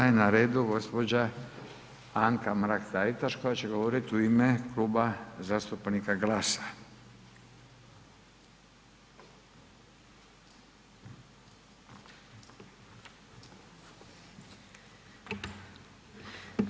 Sada je na redu gospođa Anka Mrak Taritaš koja će govoriti u ime Kluba zastupnika Glas-a.